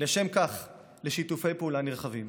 לשם כך לשיתופי פעולה נרחבים.